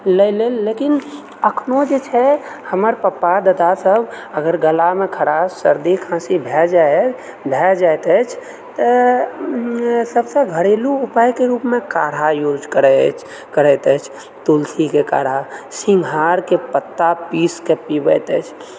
लए लेल लेकिन अखनो जे छै हमर पापा दादा सब अगर गलामे खराश सर्दी खाँसी भए जाए भए जाएत अछि तऽ सबसँ घरेलु उपाएके रूपमे काढा यूज करैत अछि करैत अछि तुलस के काढा सिंघारके पत्ता पीसके पीबैत अछि